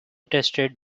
tested